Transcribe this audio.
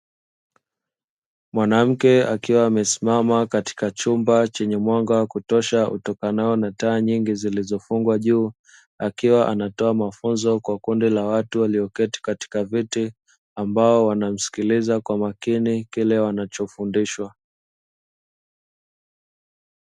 Mwanamke akiwa amesimama katika chumba chenye mwanga wa kutosha, utokanao na taa nyingi zilizofungwa juu. Akiwa anatoa mafunzo kwa kundi la watu walioketi katika viti, ambao wanamsikiliza kwa makini, kile wanachofundishwa.